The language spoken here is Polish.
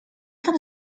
tam